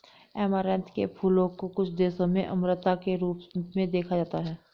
amaranth के फूलों को कुछ देशों में अमरता के रूप में देखा जाता है